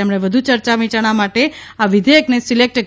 તેમણે વધુ ચર્ચાવિયારણા માટે આ વિઘેયકને સિલેકટ